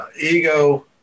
ego